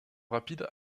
rapide